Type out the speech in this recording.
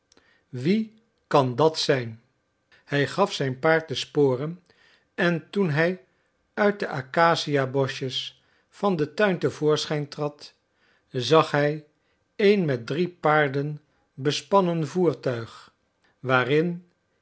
wie kan dat zijn hij gaf zijn paard de sporen en toen hij uit de acaciaboschjes van den tuin te voorschijn trad zag hij een met drie paarden bespannen voertuig waarin